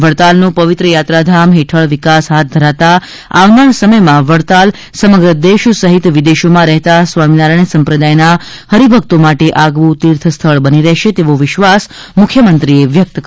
વડતાલનો પવિત્ર યાત્રાધામ હેઠળ વિકાસ હાથ ધરાતાં આવનાર સમયમાં વડતાલ સમગ્ર દેશ સહિત વિદેશોમાં રહેતા સ્વામિનારાયણ સંપ્રદાયના હરિ ભક્તો માટે આગવું તીર્થ સ્થળ બની રહેશે તેવો વિશ્વાસ મ્ખ્યમંત્રીશ્રીએ વ્યક્ત કર્યો હતો